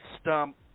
stump